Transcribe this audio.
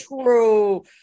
true